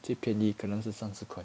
最便宜可能是三十块